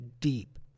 deep